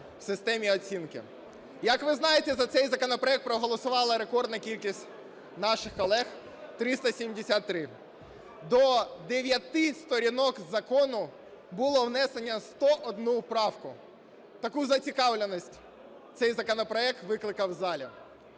в системі оцінки. Як ви знаєте, за цей законопроект проголосувала рекордна кількість наших колег - 373. До дев'яти сторінок закону було внесено 101 правку. Таку зацікавленість цей законопроект викликав в залі.